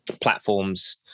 platforms